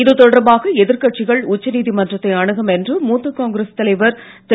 இது தொடர்பாக எதிர்க்கட்சிகள் உச்ச நீதிமன்றத்தை அணுகும் என்று மூத்த காங்கிரஸ் தலைவர் திரு